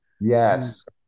Yes